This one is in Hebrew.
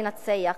לנצח.